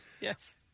Yes